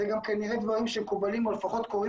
זה גם כנראה דברים שמקובלים או לפחות קורים